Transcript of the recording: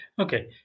Okay